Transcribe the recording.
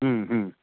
ह्म्म ह्म्म